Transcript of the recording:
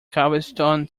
galveston